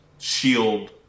Shield